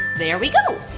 there we go!